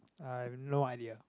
I've no idea